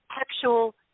actual